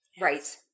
Right